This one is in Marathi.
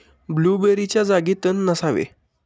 ब्लूबेरीच्या जागी तण नसावे